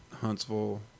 Huntsville